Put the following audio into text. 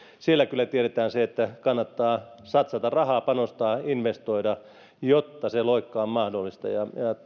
siellä kyllä tiedetään se että kannattaa satsata rahaa panostaa investoida jotta se loikka on mahdollista